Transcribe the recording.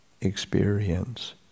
experience